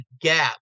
gap